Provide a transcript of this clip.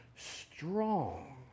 strong